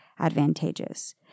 advantageous